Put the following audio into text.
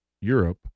Europe